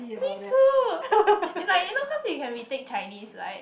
me too and like you know cause we can retake Chinese [right]